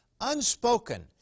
unspoken